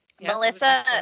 Melissa